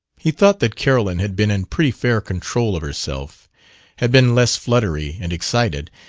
he thought that carolyn had been in pretty fair control of herself had been less fluttery and excited,